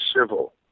civil